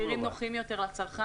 נותן מחירים נוחים יותר לצרכן.